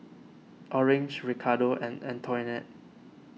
Orange Ricardo and Antoinette